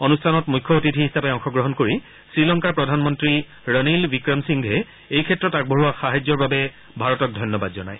অনুষ্ঠানত মুখ্য অতিথি হিচাপে অংশগ্ৰহণ কৰি শ্ৰীলংকাৰ প্ৰধানমন্ত্ৰী ৰণীল বিক্ৰম সিংঘে এই ক্ষেত্ৰত আগবঢ়োৱা সাহায্যৰ বাবে ভাৰতক ধন্যবাদ জনায়